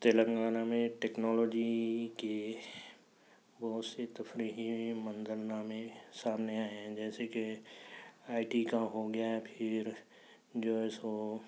تلنگانہ میں ٹیکنالوجی کے بہت سے تفریحی منظر نامے سامنے آئے ہیں جیسے کہ آئی ٹی کا ہوگیا پھر جو سو